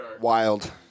Wild